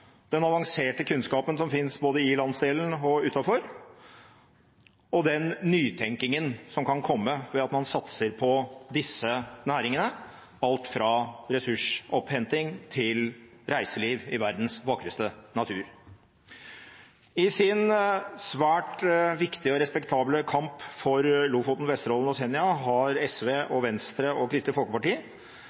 den avanserte kunnskapen som finnes både i landsdelen og utenfor, og den nytenkingen som kan komme ved at man satser på disse næringene – alt fra ressursopphenting til reiseliv i verdens vakreste natur. I sin svært viktige og respektable kamp for Lofoten, Vesterålen og Senja har SV, Venstre og Kristelig Folkeparti